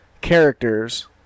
characters